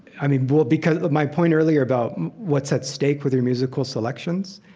i mean well because my point earlier about what's at stake with your musical selections?